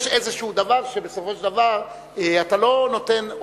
יש איזה דבר שבסופו של דבר אתה לא נותן,